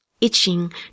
itching